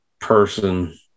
person